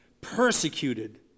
persecuted